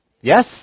Yes